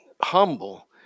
humble